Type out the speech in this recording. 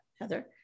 Heather